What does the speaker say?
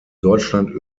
deutschland